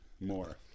More